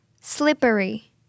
Slippery